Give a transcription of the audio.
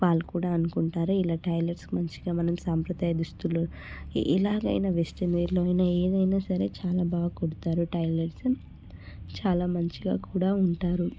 వాళ్ళు కూడా అనుకుంటారు ఇలా టైలర్స్ మంచిగా మన సాంప్రదాయ దుస్తులు ఎలాగైనా వెస్ట్రన్ వేర్లో అయినా ఏదైనా సరే చాలా బాగా కుడతారు టైలర్స్ చాలా మంచిగా కూడా ఉంటారు